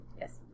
Yes